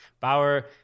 Bauer